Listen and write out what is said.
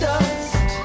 Dust